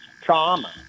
trauma